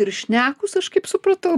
ir šnekūs aš kaip supratau